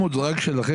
600 זה רק שלכם.